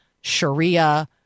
Sharia